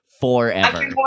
forever